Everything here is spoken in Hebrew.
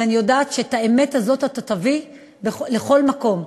ואני יודעת שאת האמת הזאת אתה תביא לכל מקום.